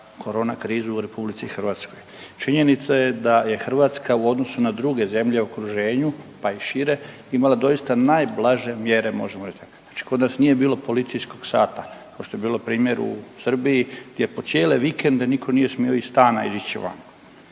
korona krizu u RH. Činjenica je da je Hrvatska u odnosu na druge zemlje u okruženju, pa i šire imala doista najblaže mjere možemo reć tako, znači kod nas nije bilo policijskog sata košto je bilo primjer u Srbiji gdje po cijele vikende nitko nije smio iz stana izaći van.